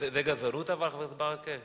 זו גזענות, אבל, חבר הכנסת ברכה?